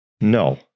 No